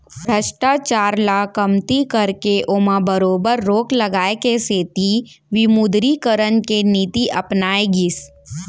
भस्टाचार ल कमती करके ओमा बरोबर रोक लगाए के सेती विमुदरीकरन के नीति अपनाए गिस